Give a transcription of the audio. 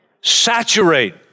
Saturate